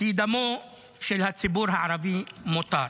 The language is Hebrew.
כי דמו של הציבור הערבי מותר.